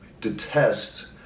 detest